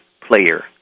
player